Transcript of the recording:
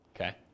Okay